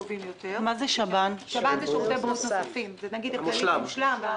סליחה, אני רוצה להבין משהו.